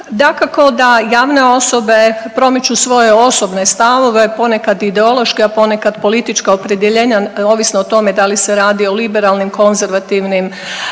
Dakako da javne osobe promiču svoje osobne stavove, ponekad i ideološke, a ponekad politička opredjeljenja ovisno o tome da li se radi o liberalnim, konzervativnim,